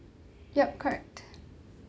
yup correct